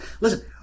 listen